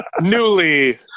Newly